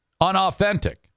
unauthentic